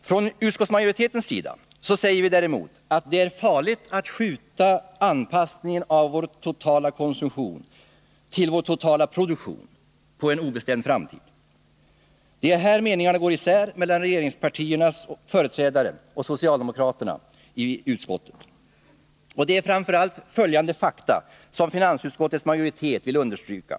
Från utskottsmajoritetens sida säger vi däremot att det är farligt att skjuta en anpassning av vår totala konsumtion till vår totala produktion på en obestämd framtid. Det är här meningarna går isär mellan regeringspartiernas företrädare och socialdemokraterna i utskottet. Det är framför allt följande fakta som finansutskottets majoritet vill Nr 29 understryka.